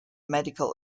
medical